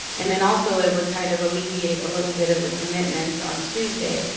and then also it would kind of alleviate a little bit of the commitments on tuesday.